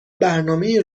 برنامه